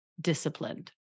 disciplined